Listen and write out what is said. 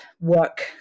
work